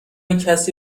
کسی